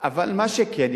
אבל מה שכן,